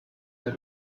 der